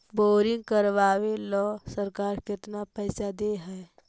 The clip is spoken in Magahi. बोरिंग करबाबे ल सरकार केतना पैसा दे है?